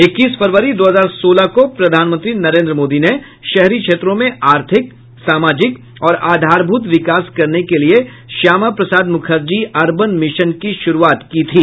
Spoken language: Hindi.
इक्कीस फरवरी दो हजार सोलह को प्रधानमंत्री नरेंद्र मोदी ने शहरी क्षेत्रों में आर्थिक सामाजिक और आधारभूत विकास करने के लिए श्यामा प्रसाद मुखर्जी ररबन मिशन की शुरूआत की थी